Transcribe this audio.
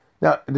Now